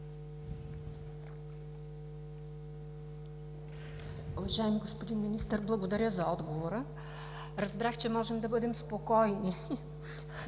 Уважаеми господин Министър, благодаря за отговора. Разбрах, че можем да бъдем спокойни